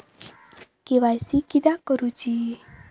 KYC किदयाक करूची?